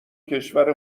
کشور